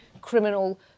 criminal